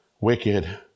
wicked